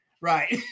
right